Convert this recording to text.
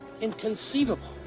Inconceivable